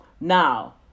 Now